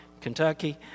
Kentucky